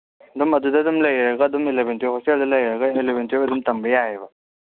ꯑꯗꯨꯝ ꯑꯗꯨꯗ ꯑꯗꯨꯝ ꯂꯩꯔꯒ ꯑꯗꯨꯝ ꯑꯦꯂꯕꯦꯟ ꯇ꯭ꯋꯦꯜꯐ ꯍꯣꯁꯇꯦꯜꯗ ꯂꯩꯔꯒ ꯑꯦꯂꯕꯦꯟ ꯇ꯭ꯋꯦꯜꯐ ꯑꯗꯨꯝ ꯇꯝꯕ ꯌꯥꯏꯌꯦꯕ